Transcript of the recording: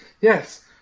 Yes